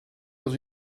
dans